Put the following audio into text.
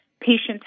patients